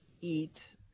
eat